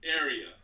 area